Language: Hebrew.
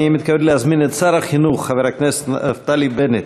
אני מתכבד להזמין את שר החינוך חבר הכנסת נפתלי בנט